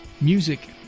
Music